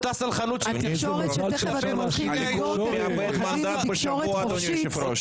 התקשורת שתכף אתם הולכים לסגור תקשורת חופשית,